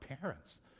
parents